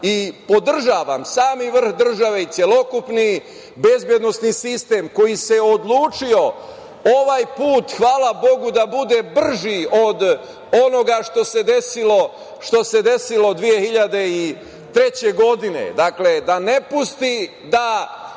i podržavam sami vrh države i celokupni bezbednosni sistem koji se odlučio ovaj put, hvala Bogu, da bude brži od onoga što se desilo 2003. godine, dakle, da ne pusti da